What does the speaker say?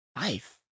life